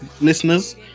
listeners